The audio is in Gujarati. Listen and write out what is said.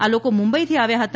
આ લોકો મુંબઇથી આવ્યા હતા